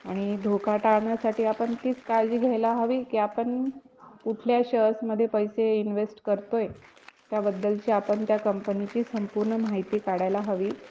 आणि धोका टाळण्यासाठी आपण तीच काळजी घ्यायला हवी की आपण कुठल्या शेअर्समध्ये पैसे इन्वेस्ट करतोय त्याबद्दलची आपण त्या कंपनीची संपूर्ण माहिती काढायला हवी